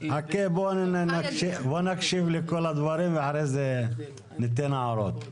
בוא נקשיב לכל הדברים ואחר כך ניתן הערות.